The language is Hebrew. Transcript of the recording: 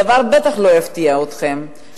והדבר בטח לא יפתיע אתכם,